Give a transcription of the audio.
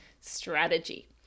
strategy